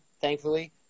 thankfully